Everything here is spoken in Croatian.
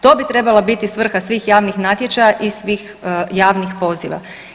To bi trebala biti svrha svih javnih natječaja i svih javnih poziva.